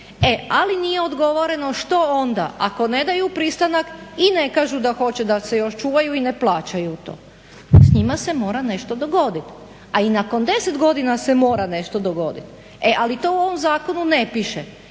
E, ali nije odgovoreno što onda ako ne daju pristanak i ne kažu da hoće da se još čuvaju i ne plaćaju to. S njima se mora nešto dogoditi. A i nakon 10 godina se mora nešto dogoditi. E, ali to u ovom zakonu ne piše.